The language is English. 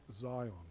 Zion